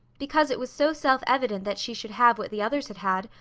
because it was so self-evident that she should have what the others had had,